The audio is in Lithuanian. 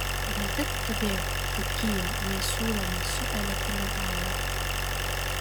ir ne tik todėl kad kia nesiūlomas su elektrine pavara